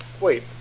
Wait